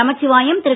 Namachivayam Thiru